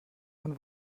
man